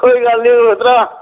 कोई गल्ल नी मित्तरा